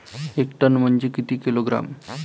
एक टन म्हनजे किती किलोग्रॅम?